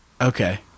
okay